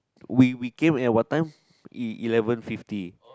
we we came here what time el~ eleven fifty